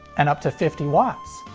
and up to fifty watts!